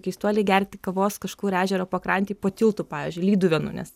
keistuoliai gerti kavos kažkur ežero pakrantėj po tiltu pavyzdžiui lyduvėnų nes